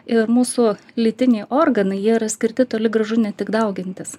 ir mūsų lytiniai organai jie yra skirti toli gražu ne tik daugintis